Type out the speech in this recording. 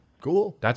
cool